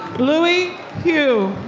louis hugh.